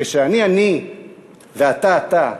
כשאני אני ואתה אתה,